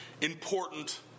important